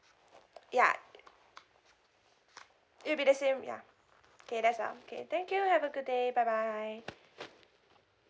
ya it will be the same ya okay that's all okay thank you have a good day bye bye